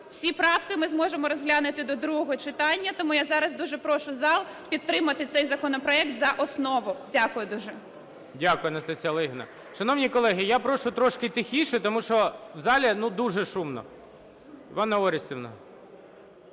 Всі правки ми зможемо розглянути до другого читання. Тому я зараз дуже прошу зал підтримати цей законопроект за основу. Дякую дуже. ГОЛОВУЮЧИЙ. Дякую, Анастасія Олегівна. Шановні колеги, я прошу трошки тихіше, тому що в залі ну дуже шумно. Іванна Орестівна!